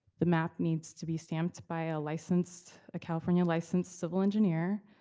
the map needs to be stamped by a licensed, a california licensed civil engineer,